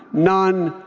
none,